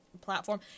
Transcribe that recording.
platform